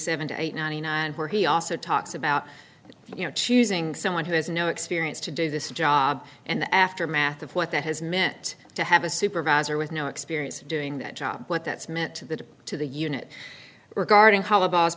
seven to eight ninety nine where he also talks about you know choosing someone who has no experience to do this job and the aftermath of what that has meant to have a supervisor with no experience doing that job what that's meant to the to the unit regarding ho